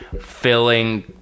filling